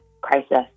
crisis